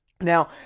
Now